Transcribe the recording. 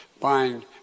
buying